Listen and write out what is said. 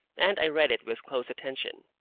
and i read it with close attention.